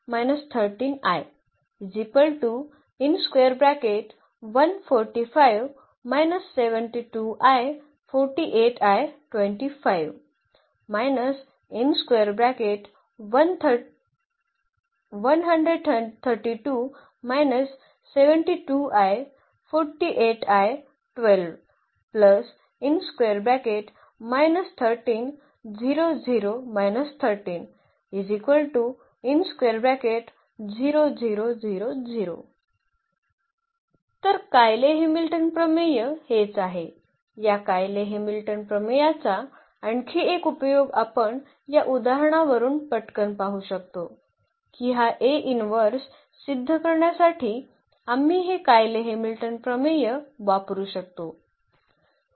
तर Cayley Hamilton प्रमेय हेच आहे या कायले हॅमिल्टन प्रमेयाचा आणखी एक उपयोग आपण या उदाहरणावरून पटकन पाहू शकतो की हा A इनवर्स सिद्ध करण्यासाठी आम्ही हे कायले हॅमिल्टन प्रमेय वापरू शकतो